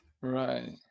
right